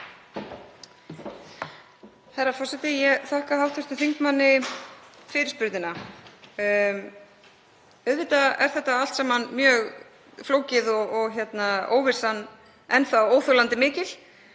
Herra forseti. Ég þakka hv. þingmanni fyrirspurnina. Auðvitað er þetta allt saman mjög flókið, óvissan enn þá óþolandi mikil